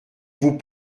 vous